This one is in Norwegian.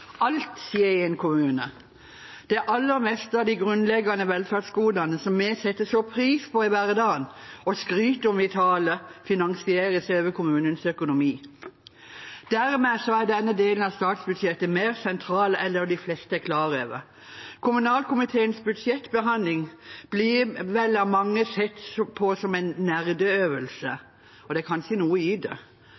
Alt skjer i en kommune. Det aller meste av de grunnleggende velferdsgodene som vi setter så stor pris på i hverdagen og skryter av i taler, finansieres over kommunenes økonomi. Dermed er denne delen av statsbudsjettet mer sentral enn de fleste er klar over. Kommunalkomiteens budsjettbehandling blir vel av mange sett på som en